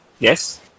Yes